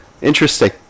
interesting